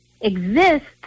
exists